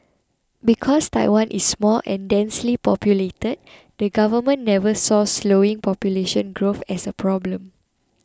because Taiwan is small and densely populated the government never saw slowing population growth as a problem